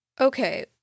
Okay